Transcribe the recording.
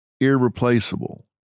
irreplaceable